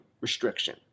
restriction